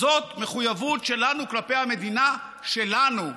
זאת מחויבות שלנו כלפי המדינה שלנו,